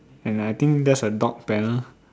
and I think that's a dog panel